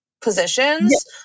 positions